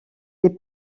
des